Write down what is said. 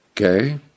Okay